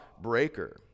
breaker